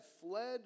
fled